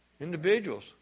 individuals